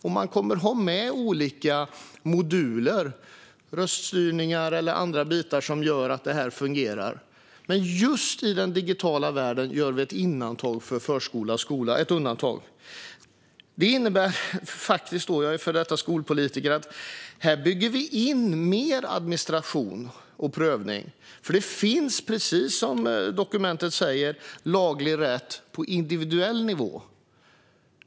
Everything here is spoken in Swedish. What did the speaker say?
De kommer då att ha med olika moduler, röststyrning eller andra bitar som gör att det fungerar. Men just i den digitala världen görs ett undantag för förskola och skola. Det innebär faktiskt - jag är före detta skolpolitiker - att man bygger in mer administration och prövning. Det finns, precis som dokumentet säger, laglig rätt på individuell nivå.